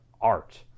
art